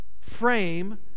frame